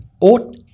ought